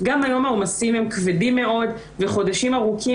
גם היום העומסים כבדים מאוד ולפעמים חולפים חודשים ארוכים,